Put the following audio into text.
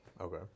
Okay